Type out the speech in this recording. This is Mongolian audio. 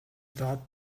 доод